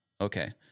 Okay